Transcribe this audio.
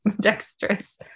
dexterous